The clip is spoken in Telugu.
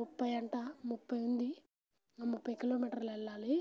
ముప్పై అంటా ముప్పై ఉంది ఆ ముప్పై కిలోమీటర్లు వెళ్ళాలి